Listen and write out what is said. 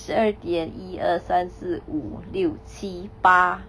十二点一二三四五六七八